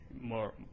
more